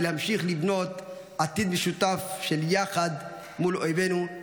להמשיך לבנות עתיד משותף של יחד מול אויבינו.